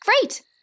Great